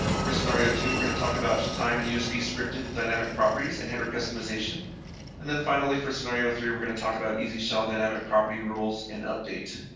for scenario two, we are going to talk about time and usb scripted dynamic properties and header customization and then finally for scenario three, we are going to talk about easy shell dynamic property rules and update.